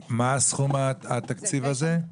מה סכום התקציב הזה?